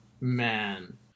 Man